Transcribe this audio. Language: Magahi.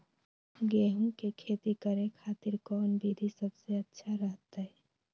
गेहूं के खेती करे खातिर कौन विधि सबसे अच्छा रहतय?